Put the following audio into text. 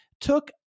took